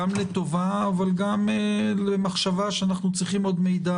גם לטובה אבל גם למחשבה שאנחנו צריכים עוד מידע,